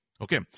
okay